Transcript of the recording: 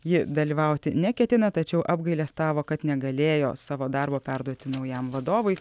ji dalyvauti neketina tačiau apgailestavo kad negalėjo savo darbo perduoti naujam vadovui